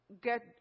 get